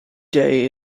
day